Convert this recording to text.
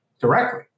directly